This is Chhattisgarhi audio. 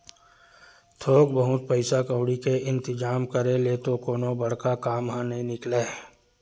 थोक बहुत पइसा कउड़ी के इंतिजाम करे ले तो कोनो बड़का काम ह नइ निकलय